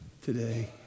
Today